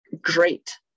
great